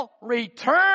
return